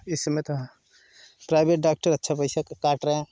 इस समय तो प्राइवेट डॉक्टर अच्छा पैसा काट रहें